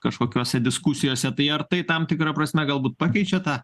kažkokiose diskusijose tai ar tai tam tikra prasme galbūt pakeičia tą